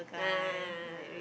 a'ah a'ah